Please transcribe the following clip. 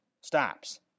stops